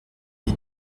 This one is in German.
die